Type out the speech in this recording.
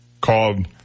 called